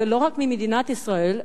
ולא רק ממדינת ישראל,